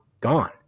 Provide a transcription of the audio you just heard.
gone